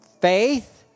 faith